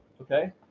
okay